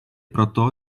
proto